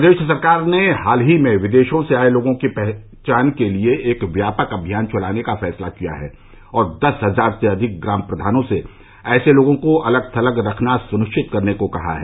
प्रदेश सरकार ने हाल ही में विदेशों से आए लोगों की पहचान के लिए एक व्यापक अभियान चलाने का फैसला किया है और दस हजार से अधिक ग्राम प्रधानों से ऐसे लोगों को अलग थलग रखना सुनिश्चित करने को कहा है